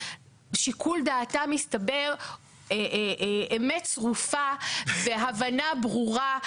שיקול דעתם מסתבר אמת צרופה והבנה ברורה.